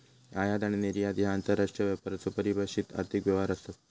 आयात आणि निर्यात ह्या आंतरराष्ट्रीय व्यापाराचो परिभाषित आर्थिक व्यवहार आसत